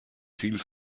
viel